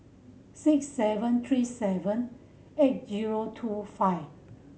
six seven three seven eight zero two five